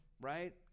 right